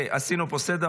עשינו פה סדר.